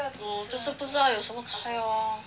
我就是不知道有什么菜 orh